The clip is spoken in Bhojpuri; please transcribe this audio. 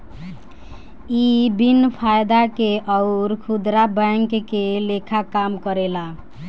इ बिन फायदा के अउर खुदरा बैंक के लेखा काम करेला